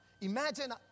Imagine